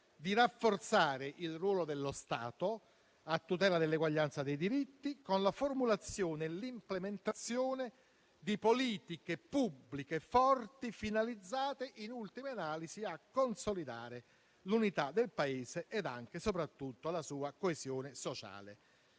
di rafforzare il ruolo dello Stato, a tutela dell'eguaglianza dei diritti, con la formulazione e l'implementazione di politiche pubbliche forti, finalizzate, in ultima analisi, a consolidare l'unità del Paese ed anche soprattutto la sua coesione sociale.